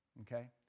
Okay